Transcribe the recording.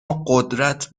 قدرت